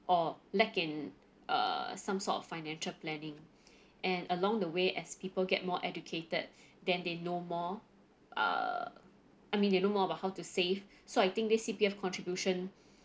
or lack in err some sort of financial planning and along the way as people get more educated then they know more err I mean they know more about how to save so I think this C_P_F contribution